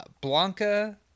Blanca